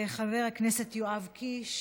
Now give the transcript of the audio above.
חבר הכנסת יואב קיש,